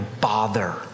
bother